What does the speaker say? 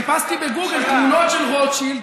חיפשתי בגוגל תמונות של רוטשילד